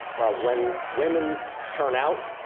when women turn out,